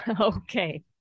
okay